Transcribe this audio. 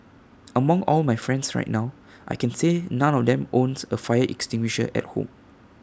among all my friends right now I can say none of them owns A fire extinguisher at home